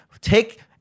take